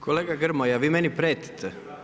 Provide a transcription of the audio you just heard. Kolega Grmoja vi meni prijetite?